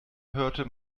hörte